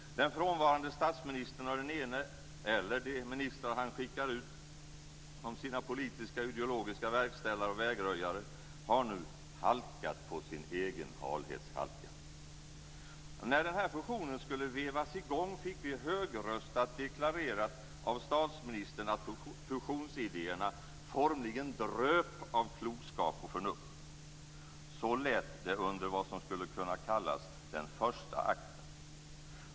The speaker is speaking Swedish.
Den frånvarande statsministern, eller de ministrar han skickar ut som sina politiska och ideologiska verkställare och vägröjare, har nu halkat på sin egen halhets halka. När fusionen skulle vevas i gång fick vi högröstat deklarerat av statsministern att fusionsidéerna formligen dröp av klokskap och förnuft. Så lät det under vad som skulle kunna kallas den första akten.